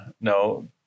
no